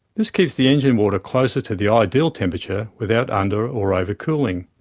this keeps the engine water closer to the ah ideal temperature, without under or overcooling.